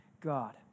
God